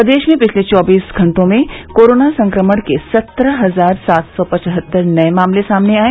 प्रदेश में पिछले चौबीस घंटों में कोरोना संक्रमण के सत्रह हजार सात सौ पचहत्तर नये मामले सामने आये